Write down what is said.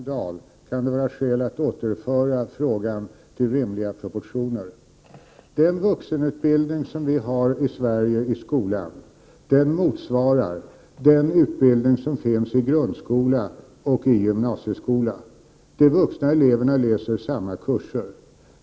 Herr talman! Efter detta storslagna tal om skandaler kan det vara skäl att återge frågan rimliga proportioner. Den vuxenutbildning vi har i skolan i Sverige motsvarar den utbildning som finns i grundskola och i gymnasieskola. De vuxna eleverna läser samma kurser.